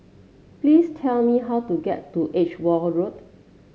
please tell me how to get to Edgeware Road